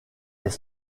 est